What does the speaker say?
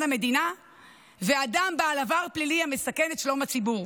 המדינה ואדם בעל עבר פלילי המסכן את שלום הציבור.